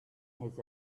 his